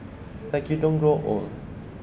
like you don't grow old